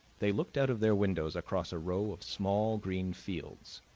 they looked out of their windows across a row of small green fields,